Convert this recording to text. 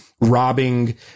robbing